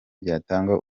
byatanga